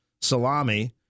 salami